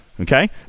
okay